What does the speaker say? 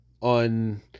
on